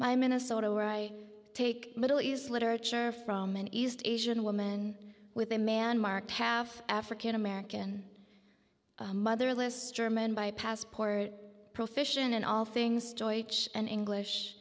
by minnesota where i take middle east literature from an east asian woman with a man marked half african american motherless german by passport proficient in all things joy and english